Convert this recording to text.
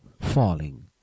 falling